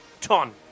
ton